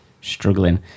struggling